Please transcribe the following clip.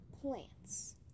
plants